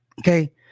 Okay